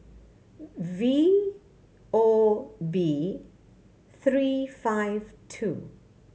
V O B three five two